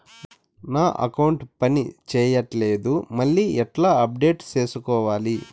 నా అకౌంట్ పని చేయట్లేదు మళ్ళీ ఎట్లా అప్డేట్ సేసుకోవాలి?